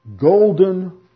golden